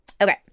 Okay